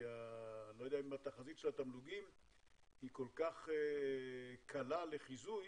לא יודע אם התחזית של התמלוגים היא כל כך קלה לחיזוי